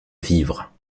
vivre